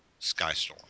Skystorm